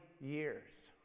years